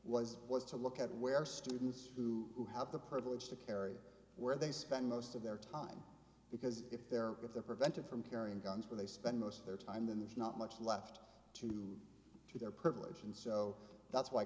was was to look at where students who have the privilege to carry where they spend most of their time because if they're if they're prevented from carrying guns when they spend most of their time in the not much left to do their privilege and so that's why